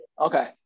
Okay